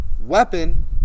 Weapon